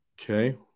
okay